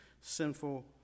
sinful